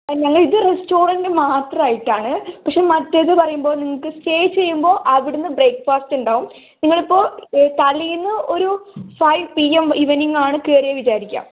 അല്ല ഇത് റെസ്റ്റോറെന്റ് മാത്രമായിട്ടാണ് പക്ഷെ മറ്റേത് പറയുമ്പോൾ നിങ്ങൾക്ക് സ്റ്റേ ചെയ്യുമ്പോൾ അവിടെ നിന്ന് ബ്രേക്ക്ഫാസ്റ്റ് ഉണ്ടാവും നിങ്ങൾ ഇപ്പോൾ തലേന്ന് ഒരു ഫൈവ് പി എം ഈവെനിംഗ് ആണ് കയറിയത് വിചാരിക്കുക